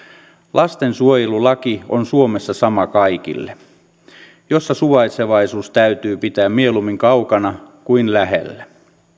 lastensuojelulaki on suomessa sama kaikille jossa suvaitsevaisuus täytyy pitää mieluummin kaukana kuin lähellä